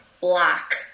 black